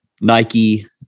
Nike